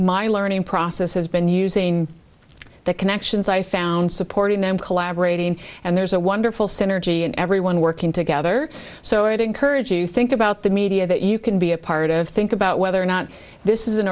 my learning process has been using the connections i found supporting them collaborating and there's a wonderful synergy and everyone working together so it encouraged you to think about the media that you can be a part of think about whether or not this is an